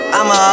I'ma